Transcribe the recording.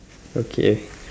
okay